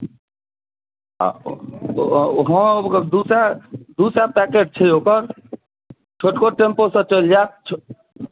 आ ओ हँ दू सय दू सय पैकेट छै ओकर छोटको टेम्पोसँ चलि जायत